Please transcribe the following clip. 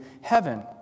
heaven